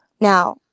Now